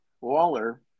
Waller